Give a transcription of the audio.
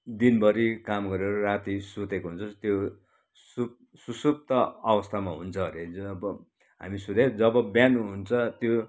दिनभरी काम गरेर राती सुतेको हुन्छौँ त्यो सुसुप्त अवस्थामा हुन्छ ह अरे अब हामी सुते जब बिहान हुन्छ त्यो